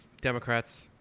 Democrats